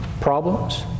problems